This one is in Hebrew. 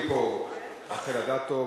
רשומים לי פה רחל אדטו.